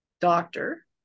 doctor